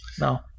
No